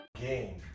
game